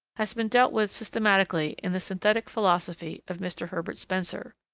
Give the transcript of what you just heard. has been dealt with systematically in the synthetic philosophy of mr. herbert spencer.